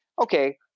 okay